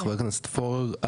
חבר הכנסת פורר,